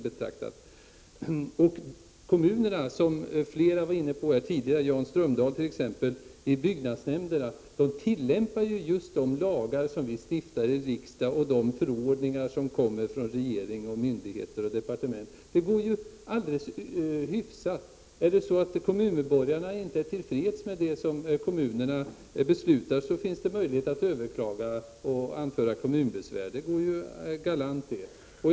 Byggnadsnämnderna i kommunerna -— vilka tidigare har nämnts av flera olika talare, bl.a. av Jan Strömdahl — tillämpar just de lagar som vi stiftar i riksdagen och de förordningar som kommer från regering, myndigheter och departement. Det går alldeles hyfsat. Om kommunmedborgarna inte är tillfreds med de beslut som fattas i kommunerna så finns det möjlighet att överklaga och anföra kommunbesvär. Det går galant!